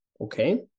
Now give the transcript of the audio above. okay